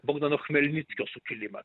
bogdano chmelnickio sukilimas